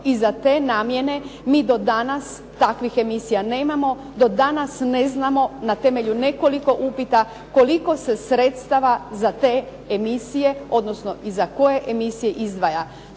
i za te namjene mi do danas takvih emisija nemamo, do danas ne znamo na temelju nekoliko upita koliko se sredstava za te emisije odnosno i za koje emisije izdvaja.